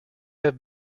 have